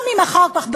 גם אם אחר כך,